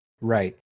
Right